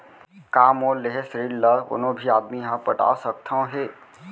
का मोर लेहे ऋण ला कोनो भी आदमी ह पटा सकथव हे?